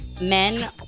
men